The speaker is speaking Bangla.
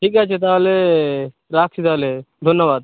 ঠিক আছে তাহলে রাখছি তাহলে ধন্যবাদ